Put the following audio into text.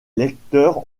lecteurs